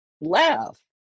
laugh